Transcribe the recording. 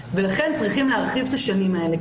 ולכן צריכים להרחיב את השנים האלה.